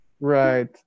Right